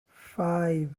five